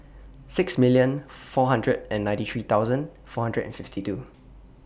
six million four hundred and ninety three thousand four hundred and fifty two